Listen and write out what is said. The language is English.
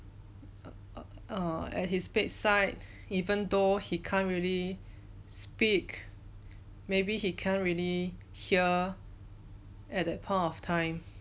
err at his bedside even though he can't really speak maybe he can't really hear at that point of time